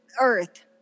earth